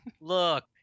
look